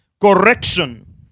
correction